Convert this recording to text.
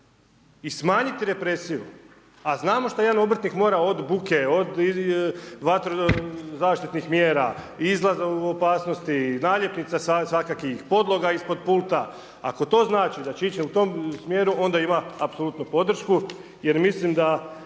i smanjiti represiju, a znamo šta jedan obrtnik mora od buke, od zaštitnih mjera, izlaz opasnosti, naljepnica svakakvih, podloga ispod pulta, ako to znači da će ići u tom smjeru, onda ima apsolutno podršku jer mislim da